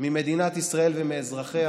ממדינת ישראל ומאזרחיה.